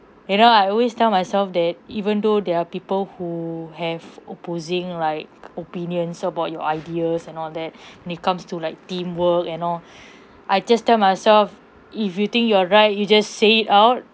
you know I always tell myself that even though there are people who have opposing like opinions about your ideas and all that when it comes to like teamwork and all I just tell myself if you think you're right you just say it out